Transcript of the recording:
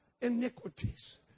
iniquities